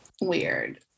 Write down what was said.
weird